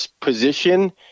position